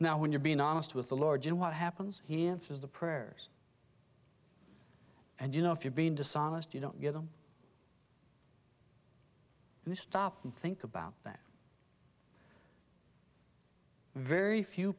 now when you're being honest with the large and what happens he answers the prayers and you know if you're being dishonest you don't get them and you stop and think about that very few